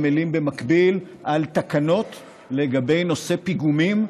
עמלים במקביל על תקנות לגבי נושא הפיגומים,